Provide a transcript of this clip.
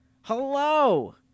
Hello